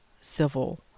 civil